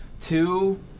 two